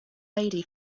lady